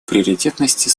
приоритетности